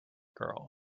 girl